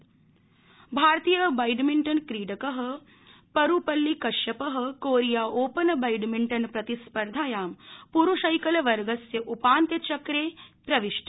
badminton भारतीय बैडमिण्टनक्रीडक Parupalli Kashyap Korea Open badminton प्रतिस्पर्धायां पुरूषैकलवर्गस्य उपान्त्यचक्रे प्रविष्ट